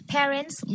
Parents